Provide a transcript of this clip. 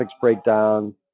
breakdown